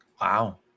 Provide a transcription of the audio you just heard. Wow